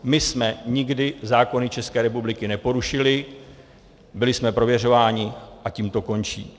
My jsme nikdy zákony České republiky neporušili, byli jsme prověřováni a tím to končí.